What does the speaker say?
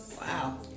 Wow